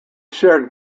shared